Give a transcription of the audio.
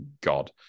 God